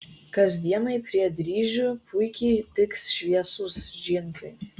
kasdienai prie dryžių puikiai tiks šviesūs džinsai